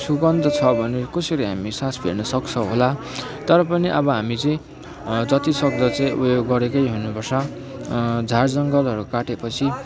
सुगन्ध छ भने कसरी हामी सास फेर्न सक्छौँ होला तर पनि अब हामी चाहिँ जतिसक्दो चाहिँ उयो गरेकै हुनुपर्छ झारजङ्गलहरू काटेपछि